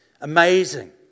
Amazing